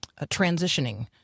transitioning